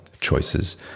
choices